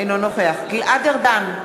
אינו נוכח גלעד ארדן,